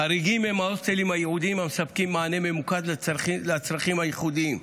חריגים הם ההוסטלים הייעודיים המספקים מענה ממוקד לצרכים הייחודיים,